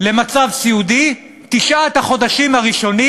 למצב סיעודי, תשעת החודשים הראשונים,